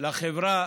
לחברה